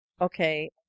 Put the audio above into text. okay